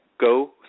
Go